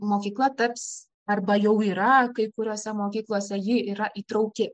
mokykla taps arba jau yra kai kuriose mokyklose ji yra įtrauki